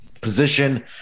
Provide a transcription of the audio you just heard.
position